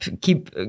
keep